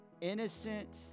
Innocent